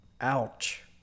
ouch